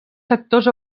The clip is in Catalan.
sectors